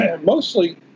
Mostly